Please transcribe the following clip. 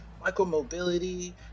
micro-mobility